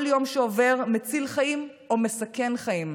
כל יום שעובר מציל חיים או מסכן חיים,